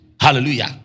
Hallelujah